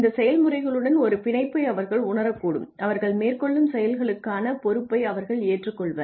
இந்த செயல்முறைகளுடன் ஒரு பிணைப்பை அவர்கள் உணரக்கூடும் அவர்கள் மேற்கொள்ளும் செயல்களுக்கான பொறுப்பை அவர்கள் ஏற்றுக்கொள்வர்